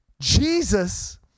Jesus